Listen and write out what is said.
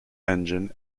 engine